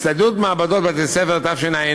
הצטיידות מעבדות בבתי-ספר בתשע"ה,